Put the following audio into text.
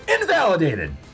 invalidated